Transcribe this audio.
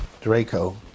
Draco